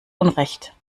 unrecht